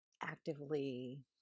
actively